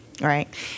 right